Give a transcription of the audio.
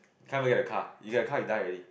time to get a car you get a car you die already